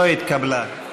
לא התקבלה.